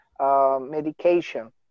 medication